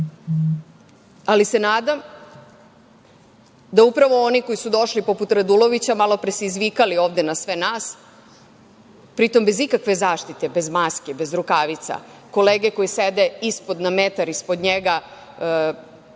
ali se nadam da upravo oni koji su došli, poput Radulovića, malo pre se izvikali ovde na sve nas, pri tom bez ikakve zaštite, bez maske, bez rukavica, kolege koje sede ispod, na metar ispod njega